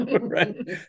right